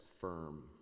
firm